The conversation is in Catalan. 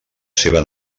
seva